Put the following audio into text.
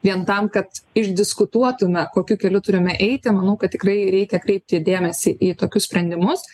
vien tam kad išdiskutuotume kokiu keliu turime eiti manau kad tikrai reikia kreipti ir dėmesį į tokius sprendimus